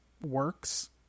works